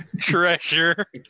treasure